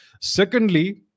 Secondly